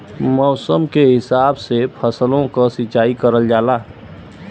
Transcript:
मौसम के हिसाब से फसलो क सिंचाई करल जाला